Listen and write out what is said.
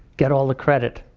get all the credit.